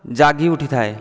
ଜାଗି ଉଠିଥାଏ